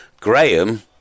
Graham